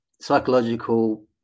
psychological